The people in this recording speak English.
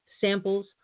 samples